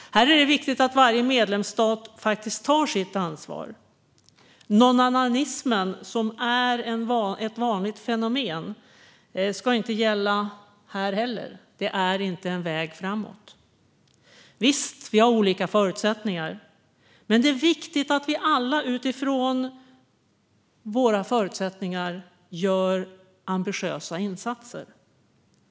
Här är det viktigt att varje medlemsstat faktiskt tar sitt ansvar. Nånannanismen, som är ett vanligt fenomen, ska inte gälla här. Det är inte en väg framåt. Visst, vi har olika förutsättningar, men det är viktigt att vi alla utifrån våra förutsättningar gör ambitiösa insatser.